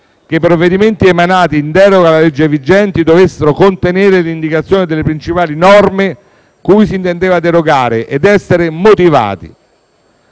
che i provvedimenti emanati in deroga alle leggi vigenti dovessero contenere l'indicazione delle principali norme cui si intendeva derogare ed essere motivati,